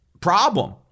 problem